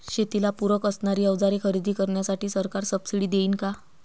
शेतीला पूरक असणारी अवजारे खरेदी करण्यासाठी सरकार सब्सिडी देईन का?